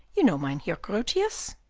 you know mynheer grotius?